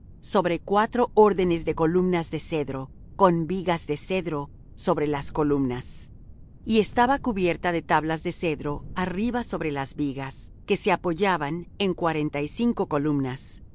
sobre cuatro órdenes de columnas de cedro con vigas de cedro sobre las columnas y estaba cubierta de tablas de cedro arriba sobre las vigas que se apoyaban en cuarenta y cinco columnas